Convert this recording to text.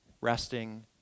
resting